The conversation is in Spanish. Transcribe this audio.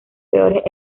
peores